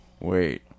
wait